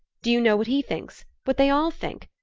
do you know what he thinks what they all think?